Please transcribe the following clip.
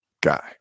guy